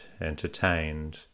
entertained